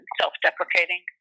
self-deprecating